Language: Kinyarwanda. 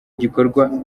igikorwa